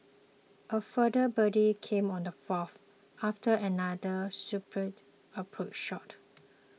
a further birdie came on the fourth after another superb approach shot